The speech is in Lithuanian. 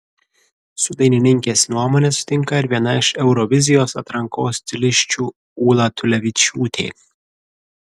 su dainininkės nuomone sutinka ir viena iš eurovizijos atrankos stilisčių ūla tulevičiūtė